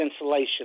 insulation